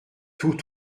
tout